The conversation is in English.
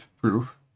proof